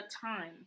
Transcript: time